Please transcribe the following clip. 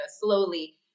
slowly